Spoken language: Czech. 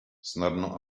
snadno